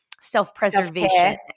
self-preservation